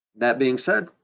that being said,